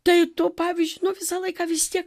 tai tu pavyzdžiui visą laiką vis tiek